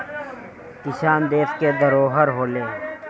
किसान देस के धरोहर होलें